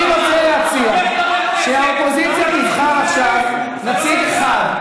אני רוצה להציע שהאופוזיציה תבחר עכשיו נציג אחד.